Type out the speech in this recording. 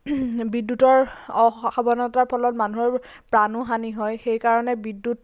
বিদ্যুতৰ অসাৱধানতাৰ ফলত মানুহৰ প্ৰাণো হানি হয় সেইকাৰণে বিদ্যুত